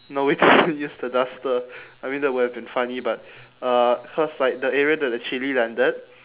no we didn't use the duster I mean that would have been funny but uh cause like the area that the chilli landed